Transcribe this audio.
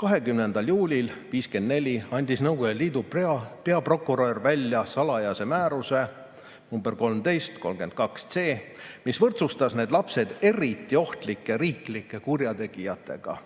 20. juulil 1954 andis Nõukogude Liidu peaprokurör välja salajase määruse nr 13/32 c, mis võrdsustas need lapsed eriti ohtlike riiklike kurjategijatega,